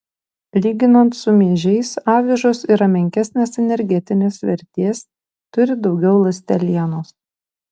lyginant su miežiais avižos yra menkesnės energetinės vertės turi daugiau ląstelienos